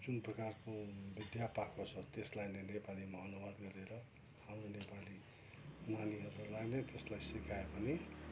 जुन प्रकारको विद्या पाएको छ त्यसलाई नै नेपालीमा अनुवाद गरेर हाम्रो नेपाली नानीहरूलाई चाहिँ त्यसलाई सिकायो भने